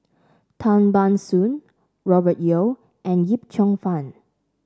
Tan Ban Soon Robert Yeo and Yip Cheong Fun